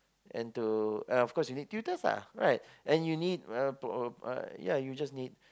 and to and of course you need tutors ah right and you need uh pro~ uh ya you just need